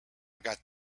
got